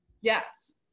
yes